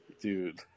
Dude